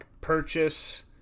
purchase